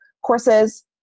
courses